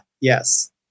Yes